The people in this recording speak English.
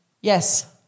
Yes